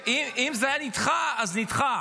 אם זה היה נדחה, אז נדחה.